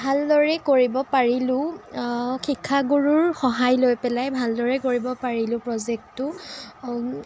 ভালদৰে কৰিব পাৰিলোঁ শিক্ষাগুৰুৰ সহায় লৈ পেলাই ভালদৰে কৰিব পাৰিলোঁ প্ৰজেক্টটো